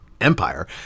empire